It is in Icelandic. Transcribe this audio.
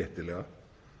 réttilega